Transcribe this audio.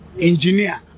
engineer